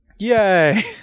Yay